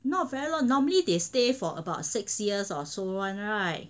not very long normally they stay for about six years or so [one] [right]